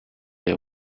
they